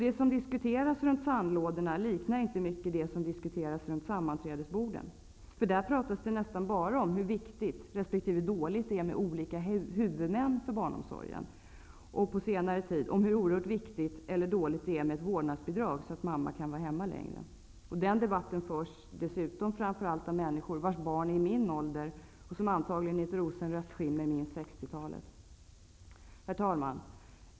Det som diskuteras runt sandlådorna liknar inte mycket det som diskuteras runt sammanträdesborden. Där pratas det nästan bara om hur viktigt resp. dåligt det är med olika huvudmän för barnomsorgen och -- på senare tid -- om hur oerhört viktigt eller dåligt det är med ett vårdnadsbidrag så att mammorna kan vara hemma längre. Dessa debatter förs framför allt av människor vars barn är i min ålder och som antagligen i ett rosenrött skimmer minns 60-talet. Herr talman!